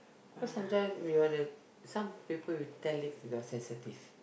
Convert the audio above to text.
cause sometime we wanna some people we tell if they are sensitive